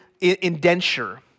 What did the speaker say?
indenture